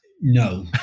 no